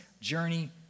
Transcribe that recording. journey